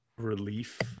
Relief